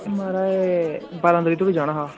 माराज बारां तरीके धोड़ी जाना हा